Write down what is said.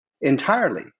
entirely